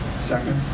Second